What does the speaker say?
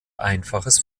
einfaches